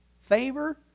Favor